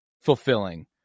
fulfilling